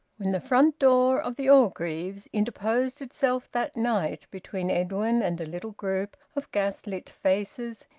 when the front door of the orgreaves interposed itself that night between edwin and a little group of gas-lit faces,